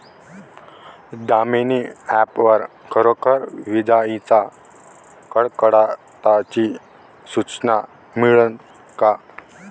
Damini app वर खरोखर विजाइच्या कडकडाटाची सूचना मिळन का?